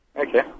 Okay